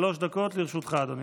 בבקשה, שלוש דקות לרשותך, אדוני.